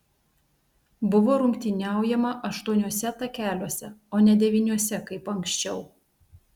buvo rungtyniaujama aštuoniuose takeliuose o ne devyniuose kaip anksčiau